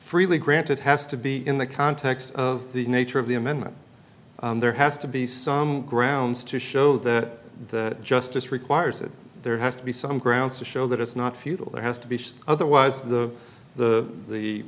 freely granted has to be in the context of the nature of the amendment there has to be some grounds to show that that justice requires it there has to be some grounds to show that it's not futile there has to be otherwise the the the